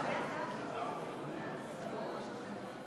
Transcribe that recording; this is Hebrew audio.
התשע"ד 2013, נתקבלה.